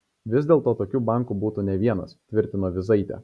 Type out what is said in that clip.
vis dėlto tokių bankų būtų ne vienas tvirtino vyzaitė